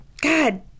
God